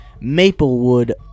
maplewood